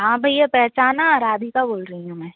हाँ भैया पहचाना राधिका बोल रही हूँ मैं